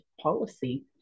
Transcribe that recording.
policy